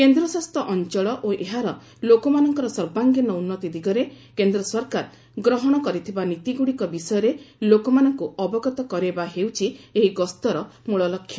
କେନ୍ଦ୍ରଶାସିତ ଅଞ୍ଚଳ ଓ ଏହାର ଲୋକମାନଙ୍କର ସର୍ବାଙ୍ଗୀନ ଉନ୍ତି ଦିଗରେ କେନ୍ଦ୍ର ସରକାର ଗ୍ରହଣ କରିଥିବା ନୀତିଗ୍ରଡ଼ିକ ବିଷୟରେ ଲୋକମାନଙ୍କୁ ଅବଗତ କରାଇବା ହେଉଛି ଏହି ଗସ୍ତର ମୂଳ ଲକ୍ଷ୍ୟ